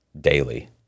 daily